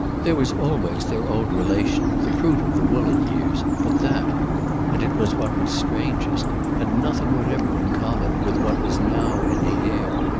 there was always their old relation, the fruit of the woollett years but that and it was what was strangest had nothing whatever in common with what was now in the air.